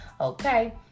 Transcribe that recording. okay